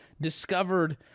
discovered